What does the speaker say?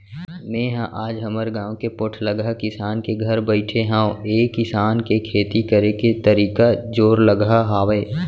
मेंहा आज हमर गाँव के पोठलगहा किसान के घर बइठे हँव ऐ किसान के खेती करे के तरीका जोरलगहा हावय